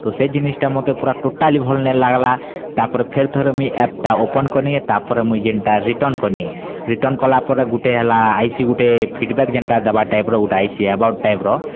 ତ ସେଇ ଜିନିଷ୍ ଟା ମୋତେ ପୁରା ଟୋଟାଲି ଭଲ୍ ନାଁଇ ଲାଗଲା ତା'ପରେ ଫେର୍ ଥରେ ମୁଇଁ ଆ ଟା ଓପନ୍ କଲି ତା'ପରେ ମୁଇଁ ଯେନ୍ତା ରିଟର୍ନ କଲି ରିଟର୍ନ କଲା ପରେ ଗୁଟେ ହେଲା ଆଇ ସି ଗୁଟେ ଫିଡ଼ଵ୍ୟାକ୍ ଯେନ୍ତା ଦେବା ଟାଇପର ଗୁଟେ ଆଇ ସି ଏବାଉଟ୍ ଟାଇପର